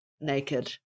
naked